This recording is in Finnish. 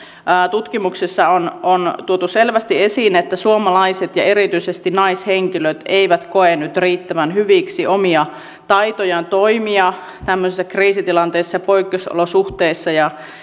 tutkimuksissa on on tuotu selvästi esiin että suomalaiset ja erityisesti naishenkilöt eivät koe nyt riittävän hyviksi omia taitojaan toimia tämmöisissä kriisitilanteissa ja poikkeusolosuhteissa ja